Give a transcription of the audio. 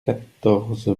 quatorze